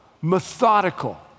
methodical